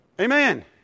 Amen